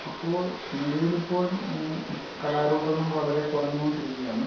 ഇപ്പോൾ ഇന്ത്യയിലിപ്പോൾ കലാരൂപങ്ങൾ വളരെ കുറഞ്ഞുകൊണ്ടിരിക്കുകയാണ്